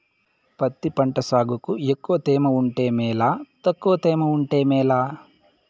పత్తి పంట సాగుకు ఎక్కువగా తేమ ఉంటే మేలా తక్కువ తేమ ఉంటే మేలా?